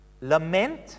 Lament